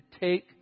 take